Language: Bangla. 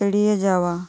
এড়িয়ে যাওয়া